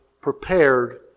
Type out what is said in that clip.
prepared